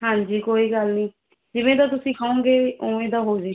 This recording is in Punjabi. ਹਾਂਜੀ ਕੋਈ ਗੱਲ ਨਹੀਂ ਜਿਵੇਂ ਦਾ ਤੁਸੀਂ ਕਹੋਂਗੇ ਓਵੇਂ ਦਾ ਹੋ ਜਾਵੇਗਾ ਜੀ